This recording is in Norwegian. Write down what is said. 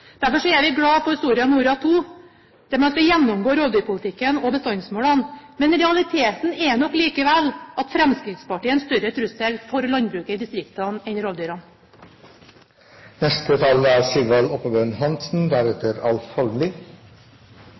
vi glad for Soria Moria II-erklæringen, der man går inn for å gjennomgå rovdyrpolitikken og bestandsmålene. Men realiteten er nok at Fremskrittspartiet er en større trussel for landbruket i distriktene enn